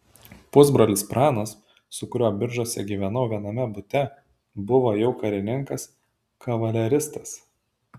pusbrolis pranas su kuriuo biržuose gyvenau viename bute buvo jau karininkas kavaleristas